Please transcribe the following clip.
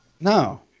No